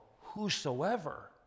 whosoever